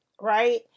right